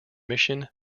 mission